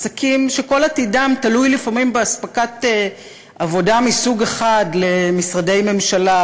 עסקים שכל עתידם תלוי לפעמים באספקת עבודה מסוג אחד למשרדי ממשלה,